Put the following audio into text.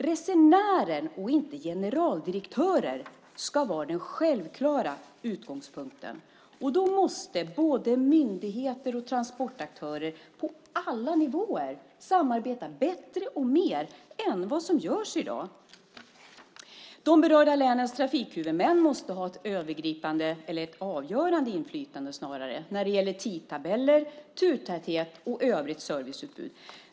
Resenären, och inte generaldirektörer, ska vara den självklara utgångspunkten. Då måste både myndigheter och transportaktörer på alla nivåer samarbeta bättre och mer än vad som görs i dag. De berörda länens trafikhuvudmän måste ha ett avgörande inflytande när det gäller tidtabeller, turtäthet och övrigt serviceutbud.